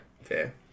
fair